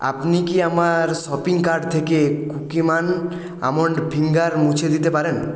আপনি কি আমার শপিং কার্ট থেকে কুকিম্যান আমন্ড ফিঙ্গার মুছে দিতে পারেন